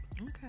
Okay